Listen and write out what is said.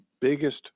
biggest